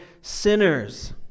sinners